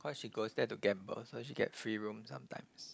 cause she goes there to gamble so she get free room sometimes